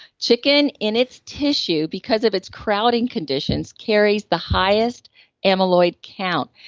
chicken in its tissue because of its crowding conditions carries the highest amyloid count.